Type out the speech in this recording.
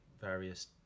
various